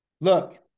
Look